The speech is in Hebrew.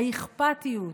האכפתיות,